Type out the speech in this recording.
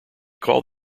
called